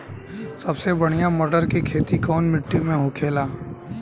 सबसे बढ़ियां मटर की खेती कवन मिट्टी में होखेला?